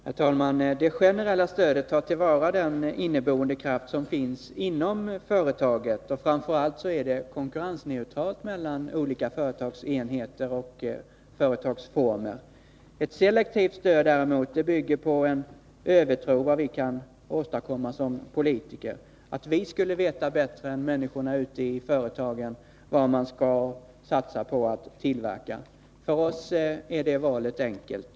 Herr talman! Det generella stödet tar till vara den inneboende kraft som finns inom företaget, och framför allt är det konkurrensneutralt mellan olika företagsenheter och företagsformer. Ett selektivt stöd däremot bygger på en övertro på vad vi kan åstadkomma som politiker — att vi skulle veta bättre än människorna ute i företagen vad de skall satsa på att tillverka. För folkpartiet är detta val enkelt.